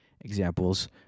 examples